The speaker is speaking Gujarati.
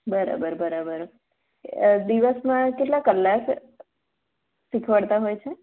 બરાબર બરાબર દિવસમાં કેટલા કલાક શીખવાડતા હોય છે